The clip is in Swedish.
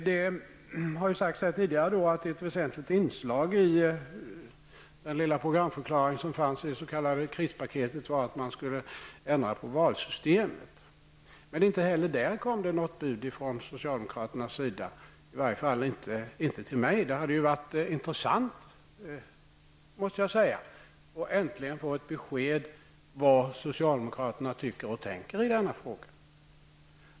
Det har sagts här tidigare att ett väsentligt inslag i den lilla programförklaring som fanns i det s.k. krispaketet var att man skulle ändra på valsystemet. Men inte heller där kom det något bud från socialdemokraterna, i varje fall inte till mig. Det hade varit intressant att äntligen få ett besked om vad socialdemokraterna tycker och tänker i den här frågan.